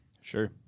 Sure